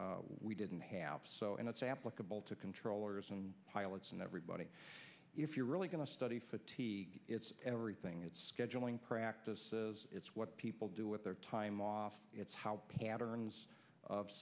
we didn't have so and it's applicable to controllers and pilots and everybody if you're really going to study fatigue it's everything it's scheduling practices it's what people do with their time off it's how patterns of